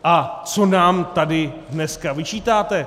A co nám tady dneska vyčítáte?